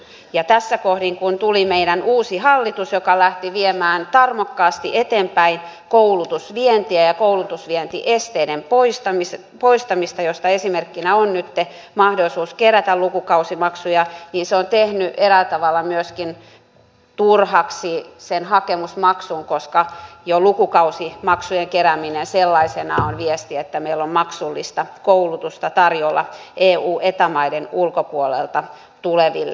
ja tässä kohdin kun tuli meidän uusi hallitus joka lähti viemään tarmokkaasti eteenpäin koulutusvientiä ja koulutusvientiesteiden poistamista josta esimerkkinä on nyt mahdollisuus kerätä lukukausimaksuja se on tehnyt eräällä tavalla myöskin turhaksi sen hakemusmaksun koska jo lukukausimaksujen kerääminen sellaisenaan on viesti että meillä on maksullista koulutusta tarjolla eu eta maiden ulkopuolelta tuleville